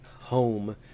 home